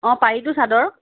অ পাৰিটো চাদৰৰ